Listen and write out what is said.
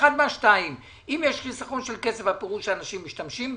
אחד מהשניים: אם יש חיסכון של כסף הפירוש הוא שאנשים משתמשים בזה,